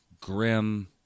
grim